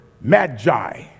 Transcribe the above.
magi